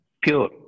pure